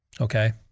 okay